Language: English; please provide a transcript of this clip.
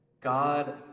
god